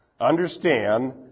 understand